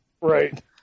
Right